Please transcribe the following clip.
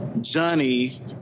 Johnny